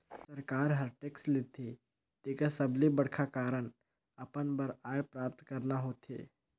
सरकार हर टेक्स लेथे तेकर सबले बड़खा कारन अपन बर आय प्राप्त करना होथे